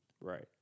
Right